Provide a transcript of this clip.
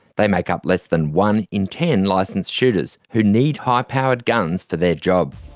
they make up less than one in ten licensed shooters, who need high-powered guns for their job.